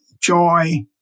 joy